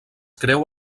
creu